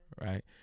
right